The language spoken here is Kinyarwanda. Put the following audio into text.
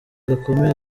gakomeye